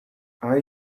are